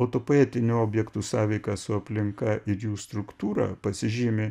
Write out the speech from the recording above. o tų poetinių objektų sąveika su aplinka ir jų struktūra pasižymi